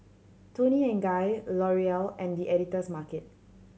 Toni and Guy L'Oreal and The Editor's Market